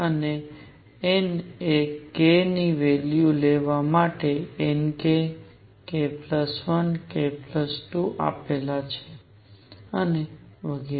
અને n એ k value લેવા માટે n k k 1 k 2 આપેલા છે અને વગેરે